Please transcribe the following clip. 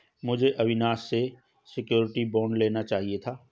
मुझे अविनाश से surety bond ले लेना चाहिए था